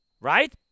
Right